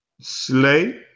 slay